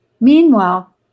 Meanwhile